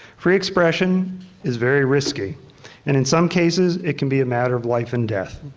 free expression is very risky and in some cases it can be a matter of life and death.